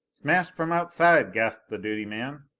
smashed from outside, gasped the duty man.